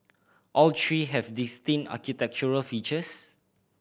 all three has distinct architectural features